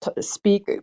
speak